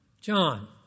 John